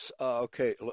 Okay